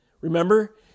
Remember